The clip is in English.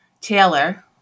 Taylor